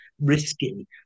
risky